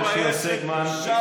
בכית להם, אתה יודע, אמסלם, אתה,